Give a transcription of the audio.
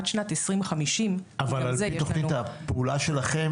עד שנת 2050 כי גם זה יש לנו --- אבל על פי תוכנית הפעולה שלכם,